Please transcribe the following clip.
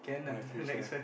in the future